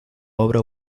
obra